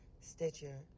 stitcher